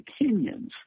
opinions